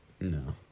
No